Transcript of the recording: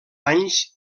anys